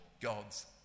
God's